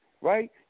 right